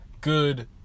good